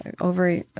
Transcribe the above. over